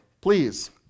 please